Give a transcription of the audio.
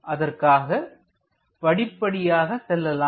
அதற்காக படிப்படியாக செல்லலாம்